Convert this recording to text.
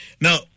Now